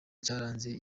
cyaranze